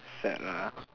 sad lah